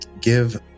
give